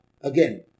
again